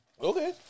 Okay